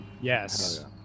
Yes